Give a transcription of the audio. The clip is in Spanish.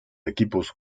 equipos